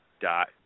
dot